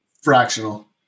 Fractional